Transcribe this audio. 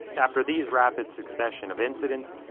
after these rapid succession of incidents,